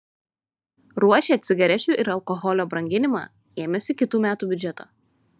ruošia cigarečių ir alkoholio brangimą ėmėsi kitų metų biudžeto